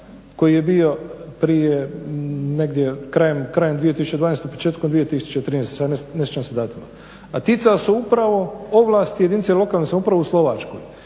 prije negdje krajem 2012., početkom 2013. sad ne sjećam se datuma. A ticao se upravo ovlasti jedinice lokalne samouprave u Slovačkoj.